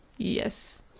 yes